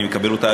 אני מקבל אותה,